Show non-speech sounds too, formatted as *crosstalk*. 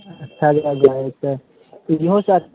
*unintelligible*